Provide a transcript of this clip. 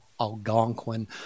Algonquin